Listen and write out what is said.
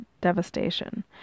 devastation